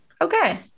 Okay